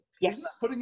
Yes